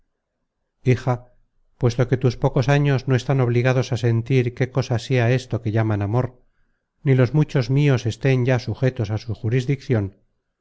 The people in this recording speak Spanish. puesto que tus pocos años no están obligados á sentir qué cosa sea esto que llaman amor ni los muchos mios estén ya sujetos á su jurisdiccion